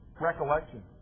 recollection